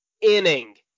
inning